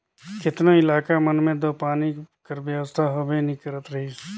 केतनो इलाका मन मे दो पानी कर बेवस्था होबे नी करत रहिस